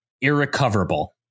irrecoverable